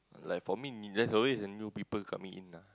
like for me there's always a new people coming in ah